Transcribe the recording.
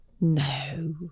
No